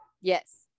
Yes